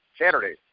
Saturday